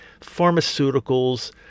pharmaceuticals